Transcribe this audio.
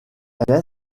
elle